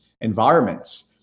environments